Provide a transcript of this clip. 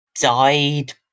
died